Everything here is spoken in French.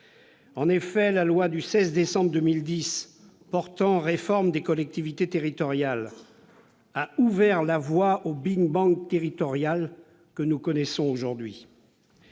En effet, la loi du 16 décembre 2010 de réforme des collectivités territoriales a ouvert la voie au territorial que nous connaissons aujourd'hui.